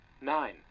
nine